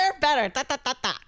better